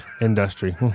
Industry